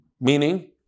meaning